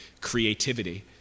creativity